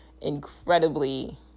incredibly